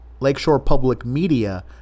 LakeshorePublicMedia